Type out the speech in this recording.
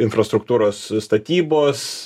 infrastruktūros statybos